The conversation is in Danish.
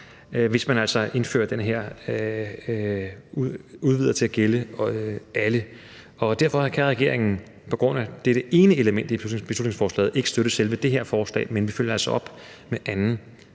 hvis man altså indførte den her udvidelse til, at det gælder alle. Derfor kan regeringen – på grund af dette ene element i beslutningsforslaget – ikke støtte selve det her forslag. Men vi følger vi altså op med anden